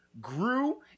grew